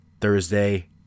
Thursday